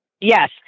yes